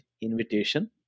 invitation